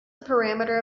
parameter